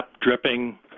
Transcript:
dripping